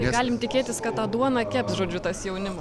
galim tikėtis kad tą duoną keps žodžiu tas jaunimas